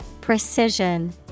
Precision